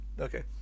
Okay